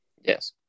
Yes